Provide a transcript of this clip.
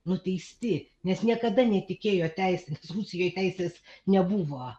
nuteisti nes niekada netikėjo teisės rusijoj teisės nebuvo